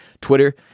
Twitter